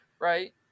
right